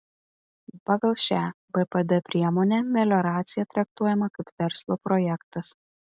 pagal šią bpd priemonę melioracija traktuojama kaip verslo projektas